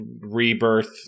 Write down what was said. Rebirth